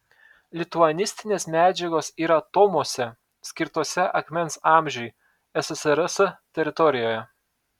lituanistinės medžiagos yra tomuose skirtuose akmens amžiui ssrs teritorijoje